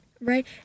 Right